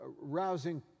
rousing